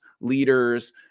leaders